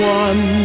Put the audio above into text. one